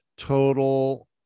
Total